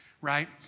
right